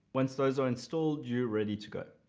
once those are installed you're ready to go.